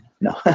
No